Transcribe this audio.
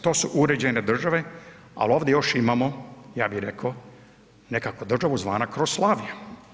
To su uređene države, ali ovdje još imamo, ja bih rekao nekakvu državu zvana Kroslavija.